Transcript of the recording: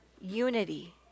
unity